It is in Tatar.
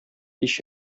һич